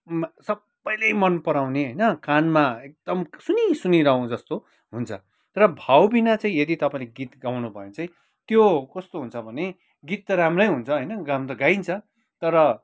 सबैले मनपराउने होइन कानमा एकदम सुनि सुनिरहूँ जस्तो हुन्छ र भावबिना चाहिँ यदि तपाईँले गीत गाउनुभयो भने चाहिँ त्यो कस्तो हुन्छ भने गीत त राम्रै हुन्छ होइन गाउन त गाइन्छ तर